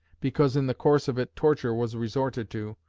because in the course of it torture was resorted to,